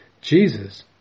Jesus